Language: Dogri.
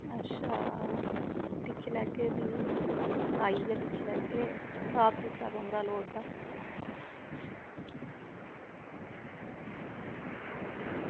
अच्छा दिक्खी लैगे फ्ही आइयै दिक्खी लैगे साफ सुथरा कमरा लोड़दा